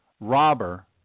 robber